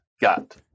got